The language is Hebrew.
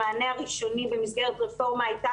המענה הראשוני במסגרת הרפורמה היה,